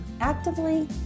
actively